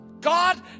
God